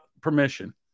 permission